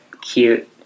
cute